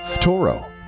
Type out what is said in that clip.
Toro